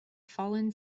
fallen